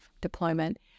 deployment